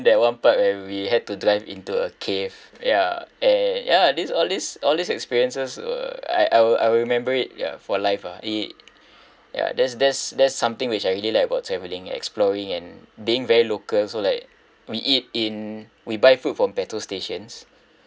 that one part where we had to drive into a cave ya and ya these all all these experiences were I I will I will remember it for life ah it ya that's that's that's something which I really like about travelling exploring and being very local so like we eat in we buy food from petrol stations